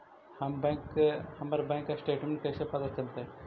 हमर bank statement कैसे पता चलतै?